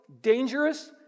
dangerous